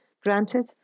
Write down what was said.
Granted